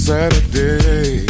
Saturday